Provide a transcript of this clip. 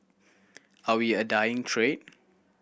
are we a dying trade